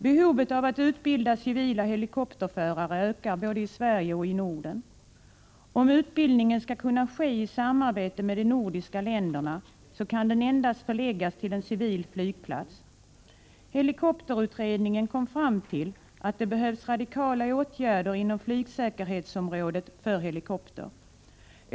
Behovet av att utbilda civila helikopterförare ökar både i Sverige och i Norden. Om utbildningen skall kunna ske i samarbete med de nordiska länderna kan den endast förläggas till en civil flygplats. Helikopterutredningen kom fram till att det fordras radikala åtgärder inom flygsäkerhetsområdet.